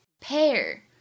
pair